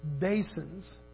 basins